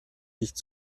nicht